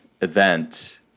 event